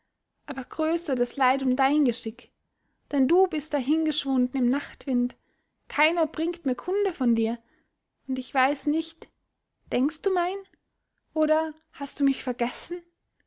aber größer das leid um dein geschick denn du bist dahingeschwunden im nachtwind keiner bringt mir kunde von dir und ich weiß nicht denkst du mein oder hast du mich vergessen